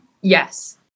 Yes